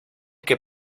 que